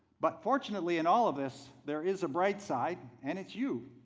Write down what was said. but fortunately in all of this, there is a bright side and it's you.